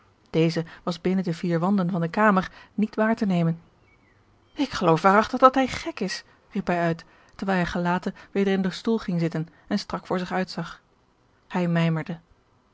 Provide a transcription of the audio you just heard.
deze was binnen de vier wanden van de kamer niet waar te nemen ik geloof waarachtig dat hij gek is riep hij uit terwijl hij gelaten weder in den stoel ging zitten en strak voor zich uitzag hij